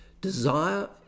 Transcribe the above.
Desire